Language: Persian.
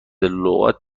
لغات